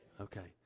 okay